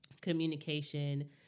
communication